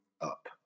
up